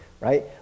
right